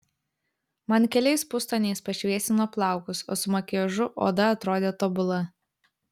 man keliais pustoniais pašviesino plaukus o su makiažu oda atrodė tobula